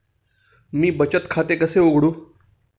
मी बचत खाते कसे उघडू?